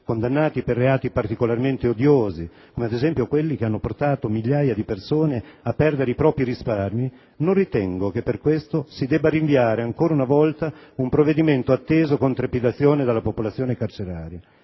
condannati per reati particolarmente odiosi, come ad esempio quelli che hanno portato migliaia di persone a perdere i propri risparmi, non ritengo che per questo si debba rinviare ancora una volta un provvedimento atteso con trepidazione dalla popolazione carceraria,